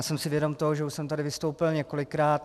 Jsem si vědom toho, že už jsem tady vystoupil několikrát.